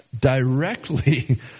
directly